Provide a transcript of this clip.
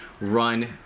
Run